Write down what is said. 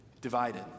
divided